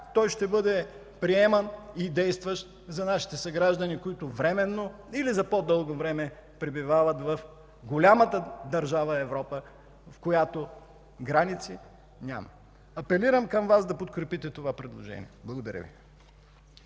той ще бъде приеман и действащ за нашите съграждани, които временно или за по-дълго време пребивават в голямата държава Европа, която граници няма! Апелирам към Вас да подкрепите това предложение. Благодаря Ви.